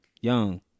Young